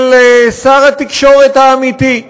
של שר התקשורת האמיתי.